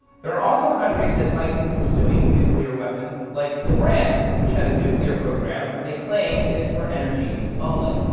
there are also countries that might be pursuing nuclear weapons. like iran has a nuclear program, but they claim it is for energy use only.